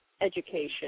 education